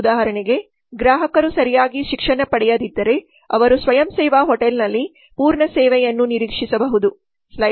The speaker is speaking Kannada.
ಉದಾಹರಣೆಗೆ ಗ್ರಾಹಕರು ಸರಿಯಾಗಿ ಶಿಕ್ಷಣ ಪಡೆಯದಿದ್ದರೆ ಅವರು ಸ್ವಯಂ ಸೇವಾ ಹೋಟೆಲ್ನಲ್ಲಿ ಪೂರ್ಣ ಸೇವೆಯನ್ನು ನಿರೀಕ್ಷಿಸಬಹುದು